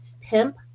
pimp